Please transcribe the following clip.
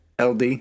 LD